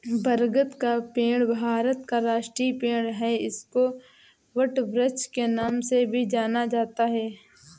बरगद का पेड़ भारत का राष्ट्रीय पेड़ है इसको वटवृक्ष के नाम से भी जाना जाता है